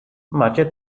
macie